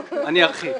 אני ארחיב.